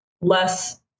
less